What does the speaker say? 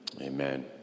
Amen